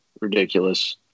Ridiculous